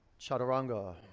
chaturanga